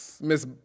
Miss